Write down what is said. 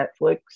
Netflix